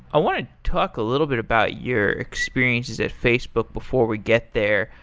i want to talk a little bit about your experiences at facebook before we get there,